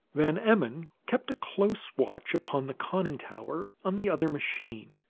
van emmon kept a close watch upon the conning tower on the other machine.